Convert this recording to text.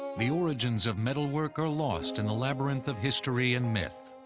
the origins of metalwork are lost in the labyrinth of history and myth,